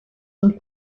and